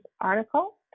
article